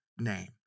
name